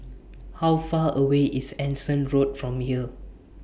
How Far away IS Anson Road from here